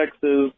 Texas